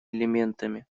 элементами